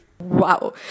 Wow